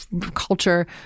culture